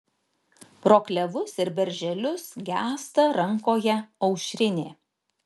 pro klevus ir berželius gęsta rankoje aušrinė